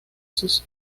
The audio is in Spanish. sus